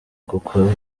kuko